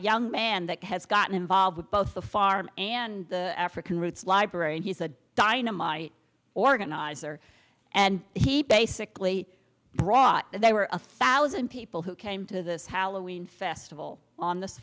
young man that has gotten involved with both the farm and african roots library and he's a dynamite organizer and he basically brought they were a thousand people who came to this halloween festival on this